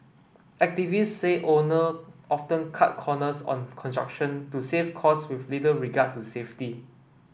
activist say owner often cut corners on construction to save cost with little regard to safety